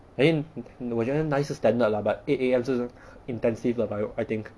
I think 我觉得 nine 是 standard lah but eight A_M 是 intensive 了吧 !aiyo!